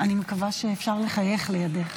אני מקווה שאפשר לחייך לידך.